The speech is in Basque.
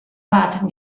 bat